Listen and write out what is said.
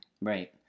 Right